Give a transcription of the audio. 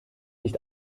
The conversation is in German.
nicht